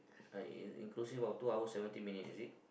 I in~ inclusive of two hours seventeen minutes is it